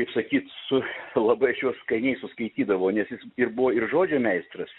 kaip sakyt su labai aš juos skaniai suskaitydavau nes jis ir buvo ir žodžio meistras